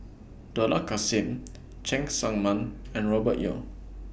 Dollah Kassim Cheng Tsang Man and Robert Yeo